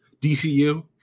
DCU